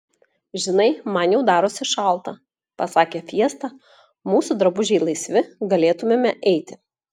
žinai man jau darosi šalta pasakė fiesta mūsų drabužiai laisvi galėtumėme eiti